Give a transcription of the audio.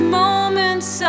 moments